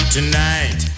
Tonight